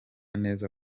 neza